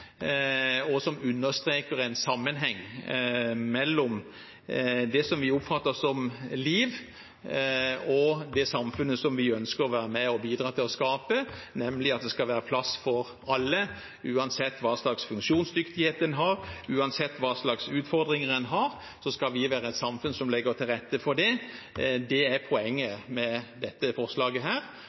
som understreker en sammenheng mellom det vi oppfatter som liv, og det samfunnet som vi ønsker å være med og bidra til å skape, nemlig at det skal være plass for alle. Uansett hva slags funksjonsdyktighet en har, uansett hva slags utfordringer en har, skal vi ha et samfunn som legger til rette for det. Det er poenget med dette forslaget,